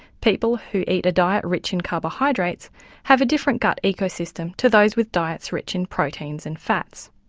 people who eat a diet rich in carbohydrates have a different gut ecosystem to those with diets rich in proteins and fats.